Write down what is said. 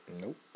Nope